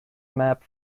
map